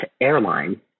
airline